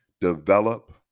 Develop